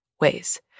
ways